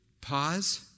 Pause